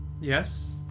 Yes